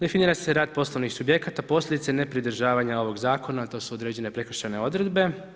Definira se rad poslovnih subjekata, posljedice nepridržavanje ovog zakona, to su određene prekršajne odredbe.